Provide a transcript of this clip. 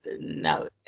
no